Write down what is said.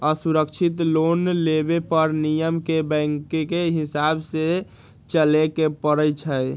असुरक्षित लोन लेबे पर नियम के बैंकके हिसाबे से चलेए के परइ छै